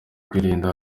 kwirinda